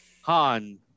Han